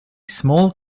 small